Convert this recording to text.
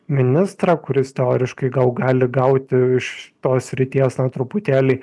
ministrą kuris teoriškai gal gali gauti iš tos srities na truputėlį